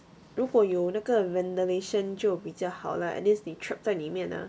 如果有那个 ventilation 就比较好 lah at least 你 trap 在里面 ah